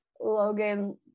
Logan